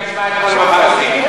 איך ציפי לבני ישבה אתמול עם הפלסטינים?